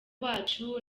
wacu